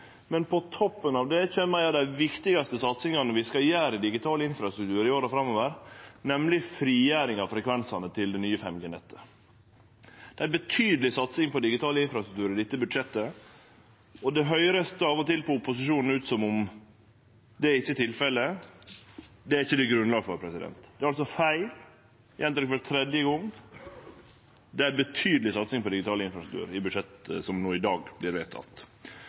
men på toppen av det kjem ei av dei viktigaste satsingane vi skal ha på den digitale infrastrukturen i åra framover, nemleg frigjering av frekvensane til det nye 5G-nettet. Det er ei betydeleg satsing på digital infrastruktur i dette budsjettet, og det kan av og til høyrast ut på opposisjonen som om det ikkje er tilfellet – det er det ikkje grunnlag for. Det er altså feil. Eg gjentek for tredje gong: Det er ei betydeleg satsing på digital infrastruktur i budsjettet som i dag